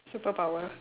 superpower